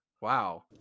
Wow